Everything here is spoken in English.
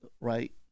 right